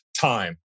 time